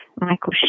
Michael